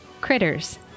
Critters